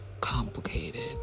complicated